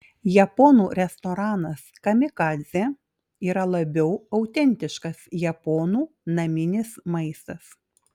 japonų restoranas kamikadzė yra labiau autentiškas japonų naminis maistas